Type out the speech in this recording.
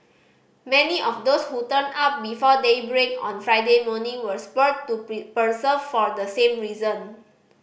many of those who turned up before daybreak on Friday morning were spurred to persevere for the same reason